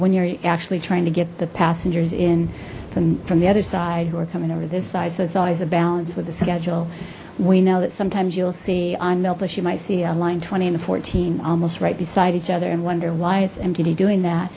when you're actually trying to get the passengers in from from the other side who are coming over this side so it's always a balance with the schedule we know that sometimes you'll see i'm meltus you might see a line twenty and fourteen almost right beside each other and wonder why it's mdd doing that